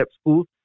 schools